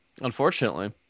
unfortunately